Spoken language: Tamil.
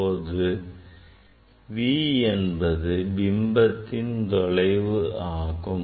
v என்பது பிம்பத்தின் தொலைவு ஆகும்